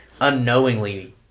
unknowingly